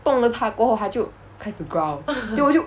动了他过后它就开始 growl then 我就